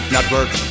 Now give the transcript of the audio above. Network